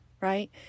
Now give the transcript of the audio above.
right